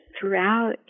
throughout